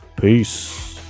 Peace